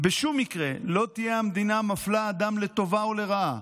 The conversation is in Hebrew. "בשום מקרה לא תהיה המדינה מפלה אדם לטובה או לרעה,